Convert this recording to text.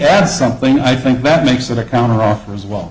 had something i think that makes it a counteroffer as well